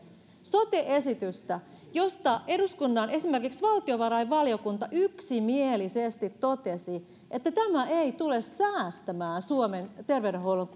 sote esitystä josta esimerkiksi eduskunnan valtiovarainvaliokunta yksimielisesti totesi että tämä ei tule säästämään suomen terveydenhuollon